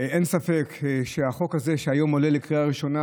אין ספק שהחוק הזה שהיום עולה לקריאה ראשונה,